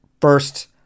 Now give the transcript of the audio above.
first